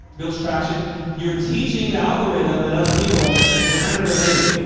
builds traction you're teaching the algorithm and other people we're kind of related.